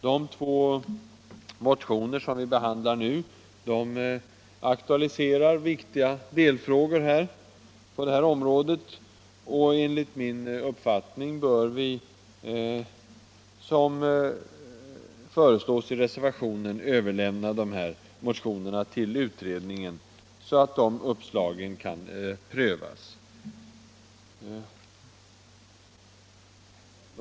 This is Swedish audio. De två motioner som vi nu behandlar aktualiserar viktiga delfrågor på detta område. Enligt min uppfattning bör riksdagen, som föreslås i reservationen, överlämna de här motionerna till utredningen så att uppslagen prövas.